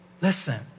Listen